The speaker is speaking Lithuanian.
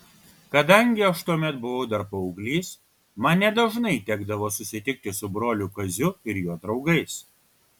kadangi aš tuomet buvau dar paauglys man nedažnai tekdavo susitikti su broliu kaziu ir jo draugais